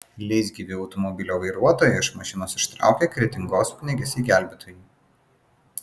leisgyvį automobilio vairuotoją iš mašinos ištraukė kretingos ugniagesiai gelbėtojai